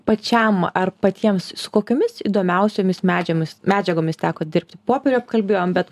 pačiam ar patiems su kokiomis įdomiausiomis medžiagomis medžiagomis teko dirbti popierių apkalbėjom bet